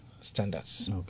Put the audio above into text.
standards